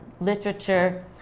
literature